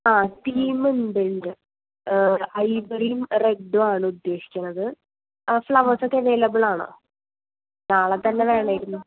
ആ തീം ഉണ്ട് ഉണ്ട് ഐവറിയും റെഡ്ഡുമാണ് ഉദ്ദേശിക്കുന്നത് ആ ഫ്ളവേഴ്സ്സോക്കെ അവൈലബിൾ ആണോ നാളെ തന്നെ വേണമായിരുന്നു